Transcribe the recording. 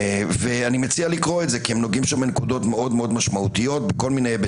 ואני מציע לקרוא את זה כי הם נוגעים בנקודות משמעותיות בהיבטים.